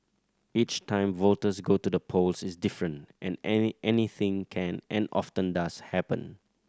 each time voters go to the polls is different and anything can and often does happen